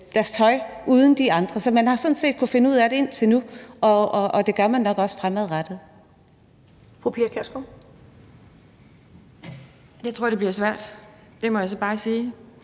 deres tøj uden de andre. Så man har sådan set kunnet finde ud af det indtil nu, og det gør man nok også fremadrettet.